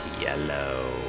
yellow